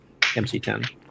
MC10